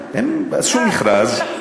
עשו מכרז, חשוב לחזור על זה.